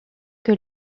que